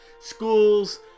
schools